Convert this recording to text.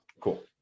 cool